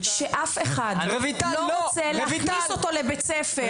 שאף אחד לא רוצה להכניס אותו לבית ספר,